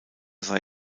sei